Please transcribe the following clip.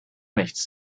nichts